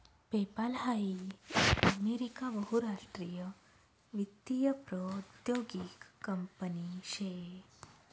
PayPal हाई एक America बहुराष्ट्रीय वित्तीय प्रौद्योगीक कंपनी शे